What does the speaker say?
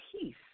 peace